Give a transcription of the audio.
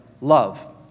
love